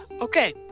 Okay